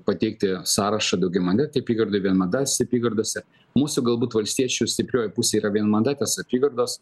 pateikti sąrašą daugiamandatei apygardai vienmandatėse apygardose mūsų galbūt valstiečių stiprioji pusė yra vienmandatės apygardos